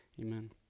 amen